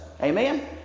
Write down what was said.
Amen